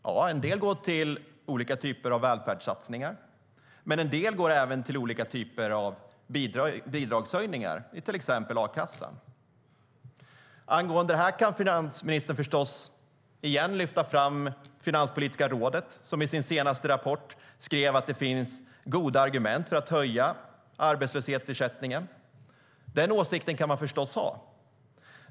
Jo, en del går till olika välfärdssatsningar. Men en annan del går till olika typer av bidragshöjningar, till exempel av a-kassan. Angående detta kan finansministern förstås återigen lyfta fram Finanspolitiska rådet, som i sin senaste rapport skrev att det finns goda argument för att höja arbetslöshetsersättningen. Den åsikten kan man förstås ha.